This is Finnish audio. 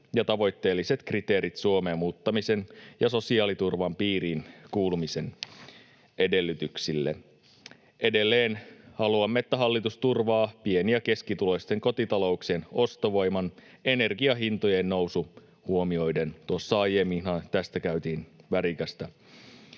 ja tavoitteelliset kriteerit Suomeen muuttamisen ja sosiaaliturvan piiriin kuulumisen edellytyksille. Edelleen haluamme, että hallitus turvaa pieni- ja keskituloisten kotitalouksien ostovoiman energiahintojen nousun huomioiden. Tuossa aiemminhan tästä käytiin värikästä